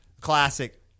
classic